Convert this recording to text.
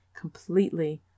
completely